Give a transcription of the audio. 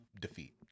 defeat